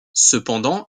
cependant